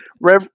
Rev